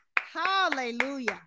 Hallelujah